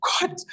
God